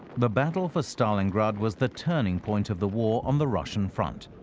the battle for stalingrad was the turning point of the war on the russian front.